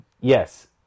Yes